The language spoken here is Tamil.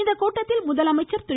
இக்கூட்டத்தில் முதலமைச்சா் திரு